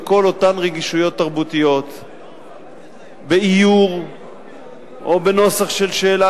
בכל אותן רגישויות תרבותיות באיור או בנוסח של שאלה,